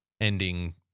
ending